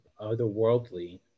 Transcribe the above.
otherworldly